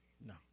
No